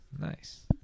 nice